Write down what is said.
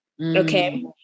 Okay